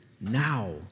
now